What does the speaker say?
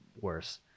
worse